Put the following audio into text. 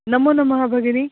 नमो नमः भगिनि